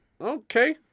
okay